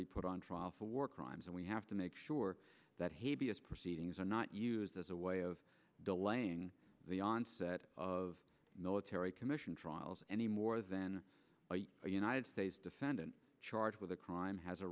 be put on trial for war crimes and we have to make sure that proceedings are not used as a way of delaying the onset of military commission trials any more than a united states defendant charged with a crime has a